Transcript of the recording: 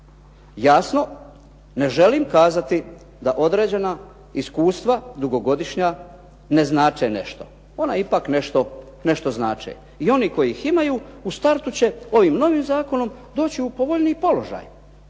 Jasno ne želim kazati da određena iskustva dugogodišnja ne znače nešto, ona ipak nešto znače. I oni koji ih imaju u startu će ovim novim zakonom doći u povoljniji položaj